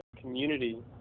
community